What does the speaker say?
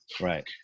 Right